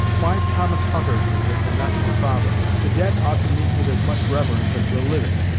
why thomas hutter, judith, and not your father? the dead ought to meet with as much reverence as the living!